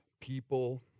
people